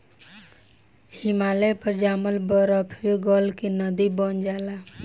हिमालय पर जामल बरफवे गल के नदी बन जाला